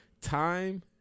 Time